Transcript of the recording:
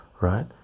right